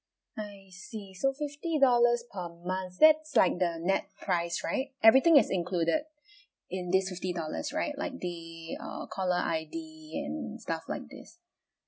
I see so fifty dollars per month that's like the net price right everything is included in this fifty dollars right like the err caller I_D and stuff like this